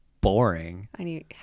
boring